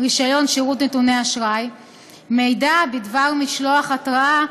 נתוני אשראי מידע בדבר משלוח התראה